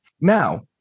Now